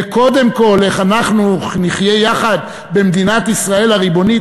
וקודם כול איך אנחנו נחיה יחד במדינת ישראל הריבונית,